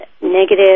negative